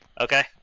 Okay